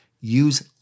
use